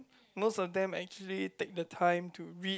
most of them actually take the time to read